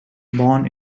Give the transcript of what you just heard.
born